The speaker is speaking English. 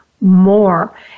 more